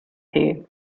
here